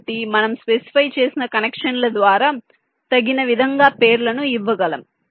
కాబట్టి మనం స్పెసిఫై చేసిన కనెక్షన్ల ద్వారా తగిన విధంగా పేర్లను ఇవ్వగలం